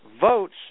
votes